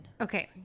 Okay